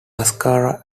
massacre